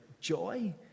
joy